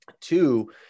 Two